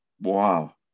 Wow